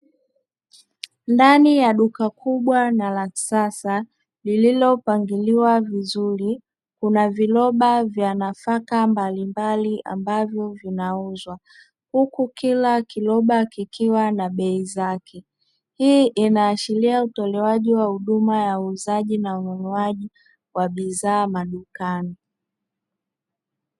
Ndani ya duka kubwa na la kisasa lililopangiwa vizuri. Kuna viroba vya nafaka mbalimbali ambazo zinauzwa, huku kila kiroba kikiwa na bei zake. Hii inaashiria utolewaji wa huduma ya uuzaji na ununuaji wa bidhaa madukani.